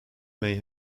may